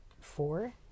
Four